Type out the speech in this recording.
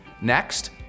Next